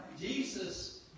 Jesus